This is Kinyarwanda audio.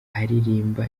aririmba